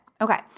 Okay